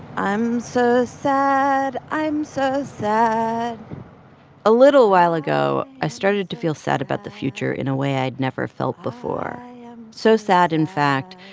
i'm so sad. i'm so sad a little while ago, i started to feel sad about the future in a way i'd never felt before so sad, in fact,